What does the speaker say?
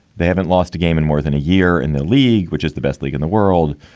they haven't lost a game in more than a year in the league, which is the best league in the world.